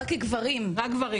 רק גברים?